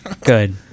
good